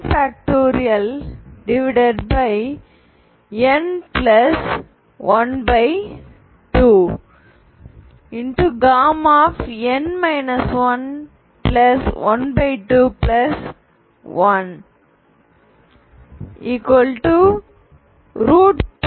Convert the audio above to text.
n12n 12n 3252